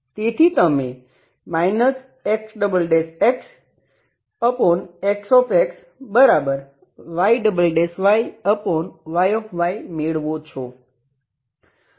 તેથી તમે XxXYY મેળવો છો